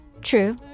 True